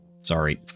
Sorry